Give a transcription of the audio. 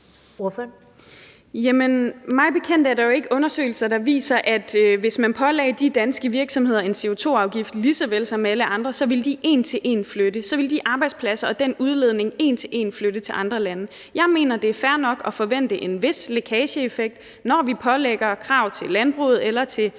Mig bekendt er der jo ikke undersøgelser, der viser, at hvis man pålagde de danske virksomheder en CO2-afgift lige såvel som alle andre, så ville de en til en flytte; så ville de arbejdspladser og den udledning en til en flytte til andre lande. Jeg mener, det er fair nok at forvente en vis lækageeffekt, når vi pålægger krav til landbruget eller til